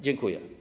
Dziękuję.